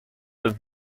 and